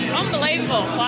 unbelievable